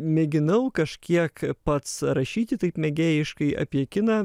mėginau kažkiek pats rašyti taip mėgėjiškai apie kiną